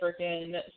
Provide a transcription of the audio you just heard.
freaking